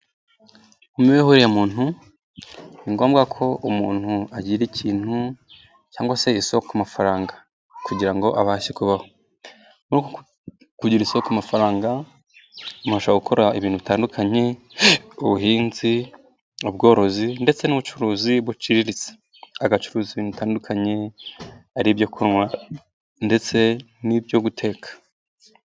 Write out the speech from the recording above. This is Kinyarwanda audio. Imibereho ya muntu, ni ngombwa ko umuntu agira ikintu cyangwa se isoko y'amafaranga kugira ngo abashe kubaho, muri uko kugira isoko ku mafaranga umuntu ashobora gukora ibintu bitandukanye: ubuhinzi, ubworozi ndetse n'ubucuruzi buciriritse, agacuruza inintu bitandukanye ari ibyo kunywa ndetse n'ibyo guteka.